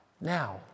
Now